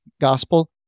gospel